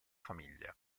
famiglia